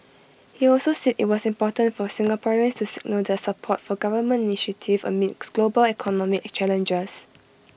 he also said IT was important for Singaporeans to signal their support for government initiatives amid global economic challenges